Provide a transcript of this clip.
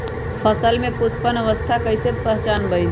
फसल में पुष्पन अवस्था कईसे पहचान बई?